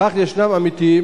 כך, ישנם עמיתים